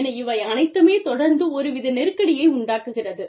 என இவை அனைத்துமே தொடர்ந்து ஒரு வித நெருக்கடியை உண்டாக்குகிறது